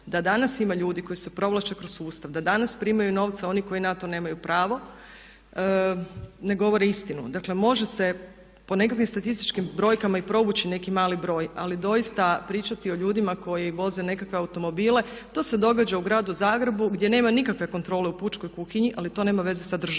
da danas ima ljudi koji se provlače kroz sustav, da danas primaju novce oni koji na to nemaju pravo ne govore istinu. Dakle može se po nekakvim statističkim brojkama i povući neki mali broj ali doista pričati o ljudima koji voze nekakve automobile. To se događa u gradu Zagrebu gdje nema nikakve kontrole u pučkoj kuhinji ali to nema veze sa državom.